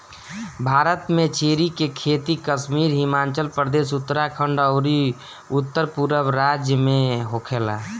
भारत में चेरी के खेती कश्मीर, हिमाचल प्रदेश, उत्तरखंड अउरी उत्तरपूरब राज्य में होखेला